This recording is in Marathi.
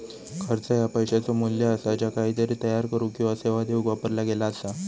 खर्च ह्या पैशाचो मू्ल्य असा ज्या काहीतरी तयार करुक किंवा सेवा देऊक वापरला गेला असा